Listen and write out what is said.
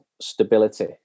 stability